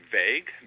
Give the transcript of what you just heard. vague